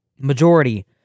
majority